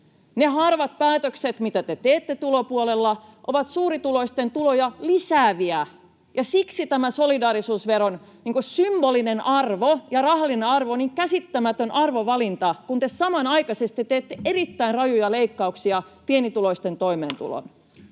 Ne harvat päätökset, mitä te teette tulopuolella, ovat suurituloisten tuloja lisääviä, ja siksi tämän solidaarisuusveron symbolinen arvo ja rahallinen arvo on niin käsittämätön arvovalinta, kun te samanaikaisesti teette erittäin rajuja leikkauksia pienituloisten toimeentuloon.